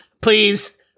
please